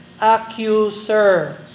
accuser